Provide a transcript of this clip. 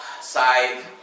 side